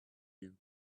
you